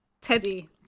Teddy